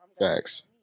Facts